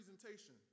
presentation